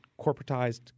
corporatized